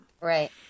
right